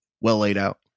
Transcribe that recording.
well-laid-out